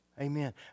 Amen